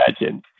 imagine